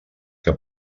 que